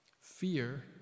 fear